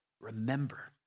Remember